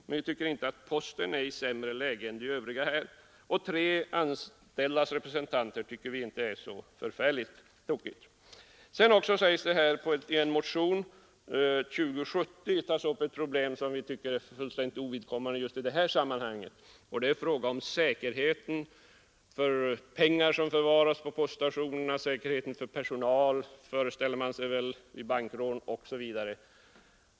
Men vi tycker inte att posten är i sämre läge än de övriga. Tre representanter för de anställda tycker vi inte är så tokigt. I motionen 2070 tas upp ett problem som vi tycker är fullständigt ovidkommande i det här sammanhanget. Det är fråga om säkerheten för pengar som förvaras på poststationerna, säkerheten för personal — vid bankrån, föreställer man sig väl — osv.